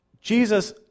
Jesus